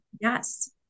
Yes